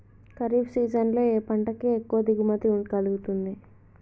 Kharif season లో ఏ పంట కి ఎక్కువ దిగుమతి కలుగుతుంది?